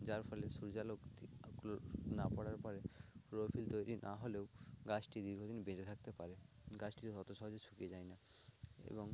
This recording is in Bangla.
যার ফলে সূর্যালোক না পড়ার পরে ক্লোরোফিল তৈরি না হলেও গাছটি দীর্ঘ দিন বেঁচে থাকতে পারে গাছটি অত সহজে শুকিয়ে যায় না এবং